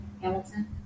Hamilton –